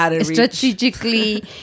strategically